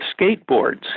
skateboards